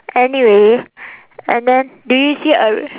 anyway and then do you see a